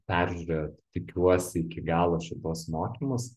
peržiūrėjot tikiuosi iki galo šituos mokymus